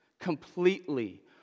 completely